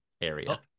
area